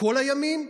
כל הימים,